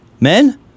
Men